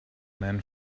man